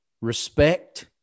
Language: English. respect